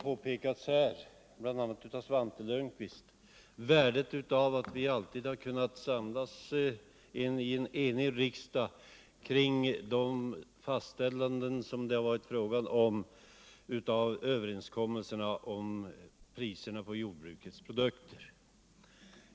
Det har, bl.a. av Svante Lundkvist, påpekats värdet av att vi alltid har kunnat samlas i en enig riksdag kring det fastställande som det ju har varit fråga om av överenskommelserna om priserna på jordbruksprodukter.